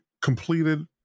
completed